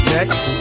Next